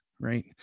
right